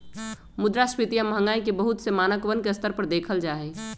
मुद्रास्फीती या महंगाई के बहुत से मानकवन के स्तर पर देखल जाहई